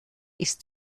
ist